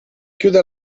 chiude